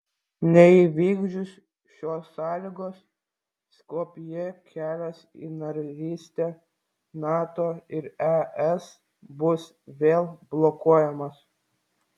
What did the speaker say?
neįvykdžius šios sąlygos skopjė kelias į narystę nato ir es bus vėl blokuojamas